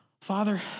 Father